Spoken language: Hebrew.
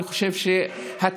אני חושב שהצעד,